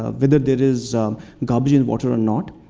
ah whether there is garbage in water or not.